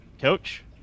Coach